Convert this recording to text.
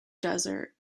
desert